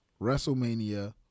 WrestleMania